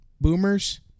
boomers